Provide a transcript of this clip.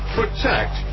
protect